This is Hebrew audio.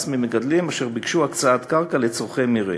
ממגדלים אשר ביקשו הקצאת קרקע לצורכי מרעה.